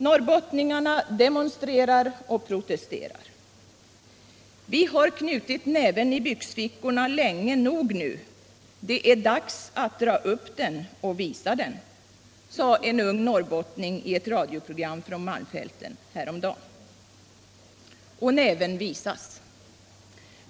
Norrbottningarna demonstrerar och protesterar. — Vi har knutit näven i byxfickorna länge nog nu, det är dags att dra upp den och visa den, sade en ung norrbottning i ett radioprogram från Malmfälten häromdagen. Och näven visas.